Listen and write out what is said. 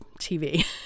TV